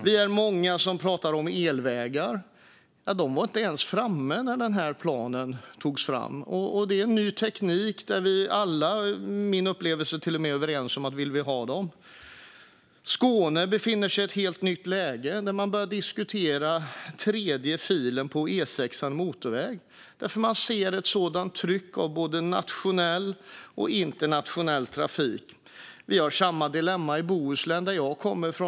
Vi är många som pratar om elvägar. De var inte ens framme när planen togs fram. Det är ny teknik. Min uppfattning är att vi är överens om att vi vill ha dem. Skåne befinner sig i ett helt nytt läge där man har börjat diskutera en tredje fil på E6:ans motorväg. Man ser ett sådant tryck av både nationell och internationell trafik. Vi har samma dilemma i Bohuslän, där jag kommer från.